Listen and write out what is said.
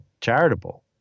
charitable